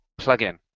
plugin